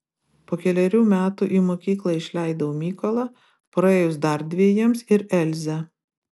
po kelerių metų į mokyklą išleidau mykolą praėjus dar dvejiems ir elzę